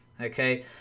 Okay